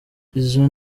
izo